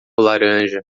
laranja